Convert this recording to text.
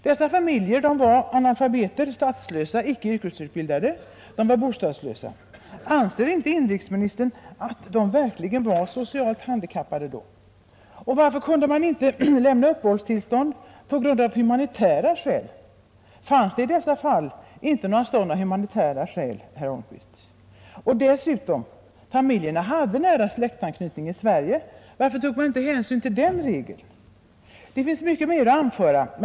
Dessa familjer var analfabeter, statslösa, icke yrkesutbildade och bostadslösa. Anser inte inrikesministern att de var socialt handikappade? Varför kunde man inte lämna uppehållstillstånd av humanitära skäl? Fanns det i detta fall inte några humanitära skäl, herr Holmqvist? Dessutom hade dessa familjer nära släktanknytning i Sverige. Varför tog man inte hänsyn till den regeln? Det kunde finnas mycket mer att anföra.